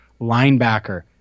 linebacker